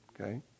okay